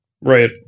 Right